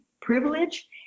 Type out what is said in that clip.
privilege